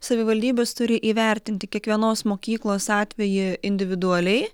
savivaldybės turi įvertinti kiekvienos mokyklos atvejį individualiai